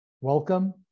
welcome